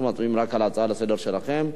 אנחנו מצביעים רק על ההצעה שלכם לסדר-היום,